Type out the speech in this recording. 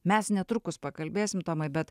mes netrukus pakalbėsim tomai bet